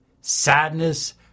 sadness